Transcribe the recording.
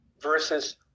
versus